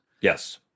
Yes